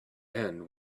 end